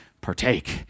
partake